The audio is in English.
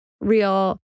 real